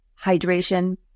hydration